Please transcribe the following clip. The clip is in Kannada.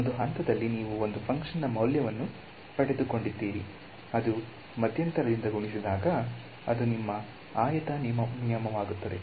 ಒಂದು ಹಂತದಲ್ಲಿ ನೀವು ಒಂದು ಫಂಕ್ಷನ್ ನ ಮೌಲ್ಯವನ್ನು ಪಡೆದುಕೊಂಡಿದ್ದೀರಿ ಅದು ಮಧ್ಯಂತರದಿಂದ ಗುಣಿಸಿದಾಗ ಅದು ನಿಮ್ಮ ಆಯತ ನಿಯಮವಾಗುತ್ತದೆ